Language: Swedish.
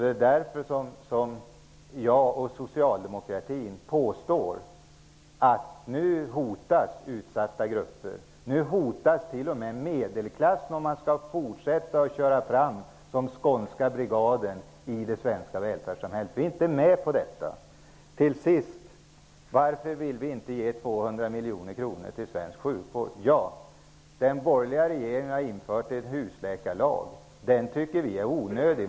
Det är därför som jag och socialdemokratin påstår att utsatta grupper nu hotas, och att t.o.m. medelklassen hotas, om man fortsätter att köra på som den skånska brigaden i det svenska välfärdssamhället. Vi går inte med på detta. Varför vill vi inte ge 200 miljoner till svensk sjukvård? Ja, den borgerliga regeringen har infört en husläkarlag, och vi tycker att den är onödig.